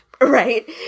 right